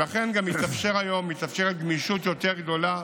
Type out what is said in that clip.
ולכן גם מתאפשרת היום גמישות יותר גדולה,